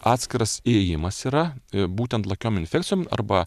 atskiras įėjimas yra būtent lakiom infekcijom arba